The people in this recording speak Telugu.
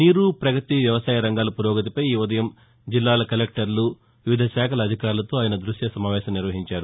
నీరు పగతి వ్యవసాయ రంగాల పురోగతిపై ఈఉదయం జిల్లాల కలెక్టర్లు వివిధ శాఖల అధికారులతో ఆయన దృశ్య సమావేశం నిర్వహించారు